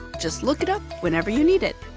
just look it up whenever you need it.